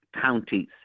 counties